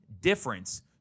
difference